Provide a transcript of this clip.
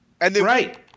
Right